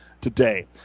today